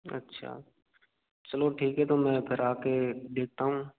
अच्छा चलो ठीक है तो मैं फिर आ कर देखता हूँ